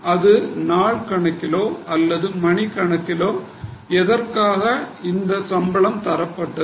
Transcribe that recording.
அந்த நாள் கணக்கிலோ அல்லது மணிக் கணக்கிலோ எதற்காக அந்த சம்பளம் தரப்பட்டது